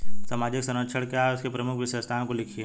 सामाजिक संरक्षण क्या है और इसकी प्रमुख विशेषताओं को लिखिए?